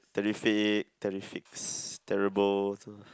terrific terrifics terrible